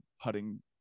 putting